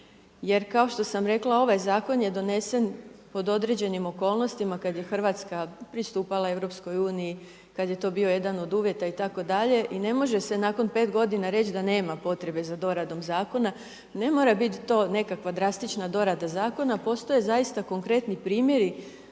jer kao što sam rekla ovaj zakon je donesen pod određenim okolnostima kada je Hrvatska pristupala EU, kada je to bio jedan od uvjeta itd. i ne može se nakon 5 godina reći da nema potrebe za doradom zakona. Ne mora biti to nekakva drastična dorada zakona, postoje zaista konkretni primjeri